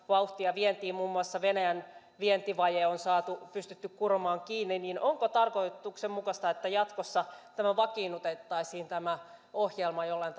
vauhtia vientiin muun muassa venäjän vientivaje on pystytty kuromaan kiinni niin onko tarkoituksenmukaista että jatkossa vakiinnutettaisiin tämä ohjelma jollain